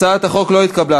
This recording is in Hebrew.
הצעת החוק לא התקבלה.